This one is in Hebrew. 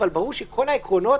אבל ברור שכל העקרונות